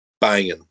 Banging